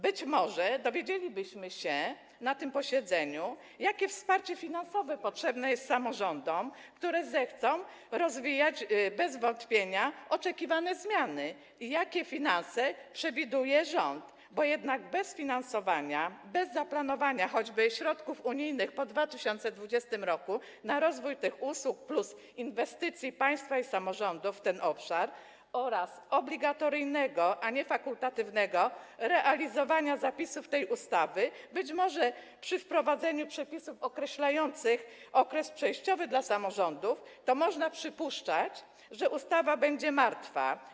Być może dowiedzielibyśmy się na tym posiedzeniu, jakie wsparcie finansowe potrzebne jest samorządom, które zechcą to rozwijać, pogłębiać bez wątpienia oczekiwane zmiany, i jakie finanse przewiduje rząd, bo jednak bez finansowania, bez zaplanowania choćby środków unijnych po 2020 r. na rozwój tych usług i inwestycji państwa i samorządu w ten obszar oraz obligatoryjnego, a nie fakultatywnego realizowania zapisów tej ustawy, być może przy wprowadzeniu przepisów określających okres przejściowy dla samorządów, można przypuszczać, że ustawa będzie martwa.